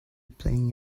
playing